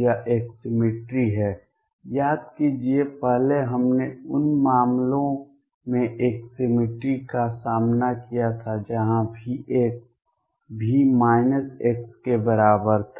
यह एक सिमिट्री है याद कीजिये पहले हमने उन मामलों में एक सिमिट्री का सामना किया था जहां V V के बराबर था